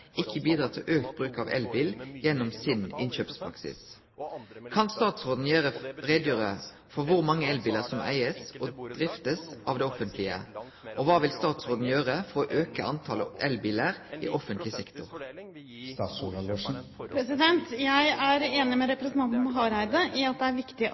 ikke bidrar til økt bruk av elbil gjennom sin innkjøpspraksis. Kan statsråden redegjøre for hvor mange elbiler som eies og driftes av det offentlige, og hva vil statsråden gjøre for å øke antallet elbiler i offentlig sektor?» Jeg er enig med representanten Hareide i at det er viktig